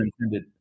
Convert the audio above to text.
intended